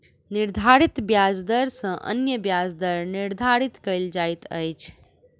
निर्धारित ब्याज दर सॅ अन्य ब्याज दर निर्धारित कयल जाइत अछि